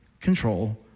control